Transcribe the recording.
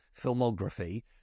filmography